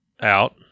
out